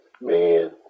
Man